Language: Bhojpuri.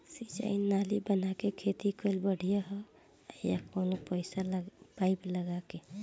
सिंचाई नाली बना के खेती कईल बढ़िया ह या कवनो पाइप लगा के?